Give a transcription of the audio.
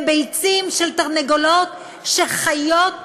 הן ביצים של תרנגולות שחיות בעינוי,